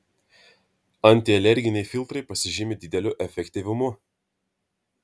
antialerginiai filtrai pasižymi dideliu efektyvumu